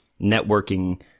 networking